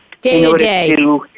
Day-to-day